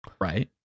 Right